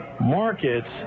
markets